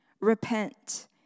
repent